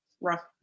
rough